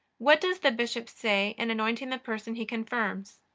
what does the bishop say in anointing the person he confirms?